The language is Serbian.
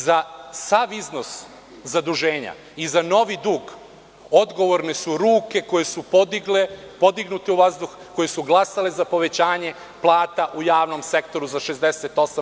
Za sav iznos zaduženja i za novi dug odgovorne su ruke koje su podignute u vazduh, koje su glasale za povećanje plata u javnom sektoru za 68%